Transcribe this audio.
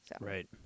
Right